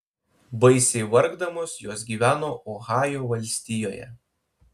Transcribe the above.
baisiai vargdamos jos gyveno ohajo valstijoje